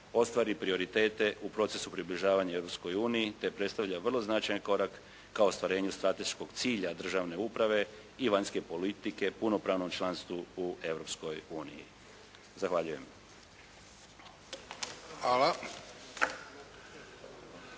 ostvari prioritete u procesu približavanja Europskoj uniji te predstavlja vrlo značajan korak ka ostvarenju strateškog cilja državne uprave i vanjske politike punopravnom članstvu u Europskoj uniji.